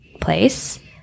place